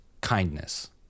kindness